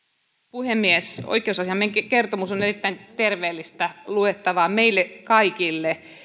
puhemies oikeusasiamiehen kertomus on erittäin terveellistä luettavaa meille kaikille